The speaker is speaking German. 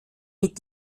mit